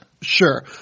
Sure